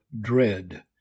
Dread